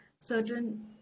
certain